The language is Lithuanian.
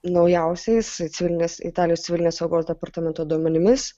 naujausiais civilinės italijos civilinės saugos departamento duomenimis